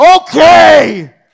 okay